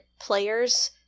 players